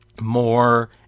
more